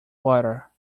water